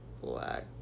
black